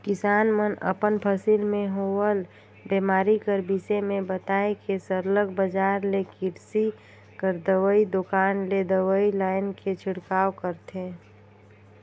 किसान मन अपन फसिल में होवल बेमारी कर बिसे में बताए के सरलग बजार ले किरसी कर दवई दोकान ले दवई लाएन के छिड़काव करथे